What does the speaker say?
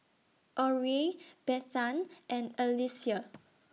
Orie Bethann and Alyssia